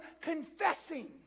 confessing